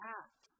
act